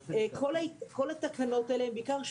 כל התקנות האלה הן בעיקר,